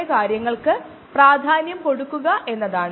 പിന്നെ നമ്മൾ ഇൻസുലിൻ നോക്കി അത് ഒരു ക്ലാസിക് മരുന്നാണ്